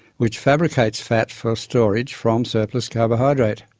which fabricates fat for storage from surplus carbohydrate.